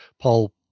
Paul